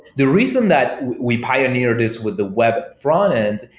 the reason that we pioneered is with the web frontend,